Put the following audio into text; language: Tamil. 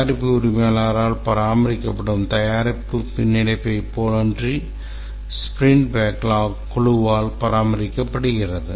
தயாரிப்பு உரிமையாளரால் பராமரிக்கப்படும் தயாரிப்பு பின்னிணைப்பைப் போலன்றி ஸ்பிரிண்ட் பேக்லாக் குழுவால் பராமரிக்கப்படுகிறது